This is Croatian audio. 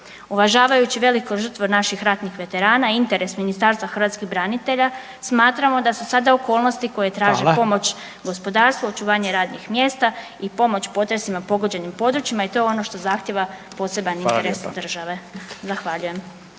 Uvažavajući veliku žrtvu naših ratnih veterana i interes hrvatskih branitelja smatramo da su sada okolnosti koje traže pomoć gospodarstvo, očuvanje radnih mjesta i pomoć potresima pogođenim područjima i to je ono što zahtijeva poseban interes države. Zahvaljujem.